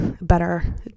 better